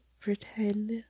pretend